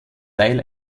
teil